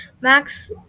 max